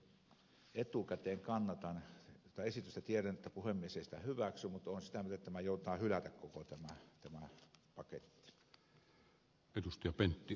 tiedän että puhemies ei sitä hyväksy mutta olen sitä mieltä jotta joutaa hylätä koko tämä paketti